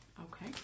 Okay